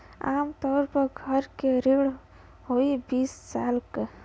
आम तउर पर घर के ऋण होइ बीस साल क